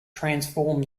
transformed